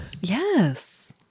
Yes